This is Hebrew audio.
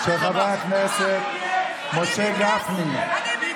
של חבר הכנסת משה גפני.